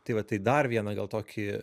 tai va tai dar vieną gal tokį